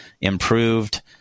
improved